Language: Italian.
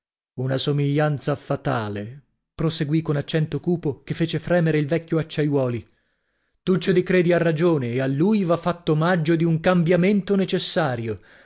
una somiglianza fatale proseguì con accento cupo che fece fremere il vecchio acciaiuoli tuccio di credi ha ragione e a lui va fatto omaggio di un cambiamento necessario